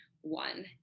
one